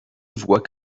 voit